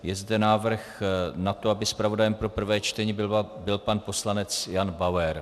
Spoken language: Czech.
Je zde návrh na to, aby zpravodajem pro prvé čtení byl pan poslanec Jan Bauer.